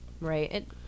Right